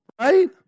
Right